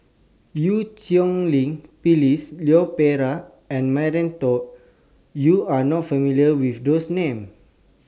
EU Cheng Lin Phyllis Leon Perera and Maria tall YOU Are not familiar with These Names